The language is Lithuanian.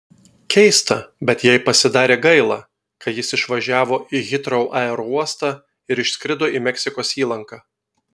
keista bet jai pasidarė gaila kai jis išvažiavo į hitrou aerouostą ir išskrido į meksikos įlanką